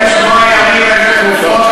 אתה רוצה לשמוע איזה תרופות,